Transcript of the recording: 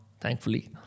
thankfully